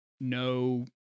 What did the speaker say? no-